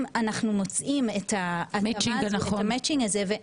אם אנחנו מוצאים את המצ'ינג הזה,